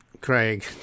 Craig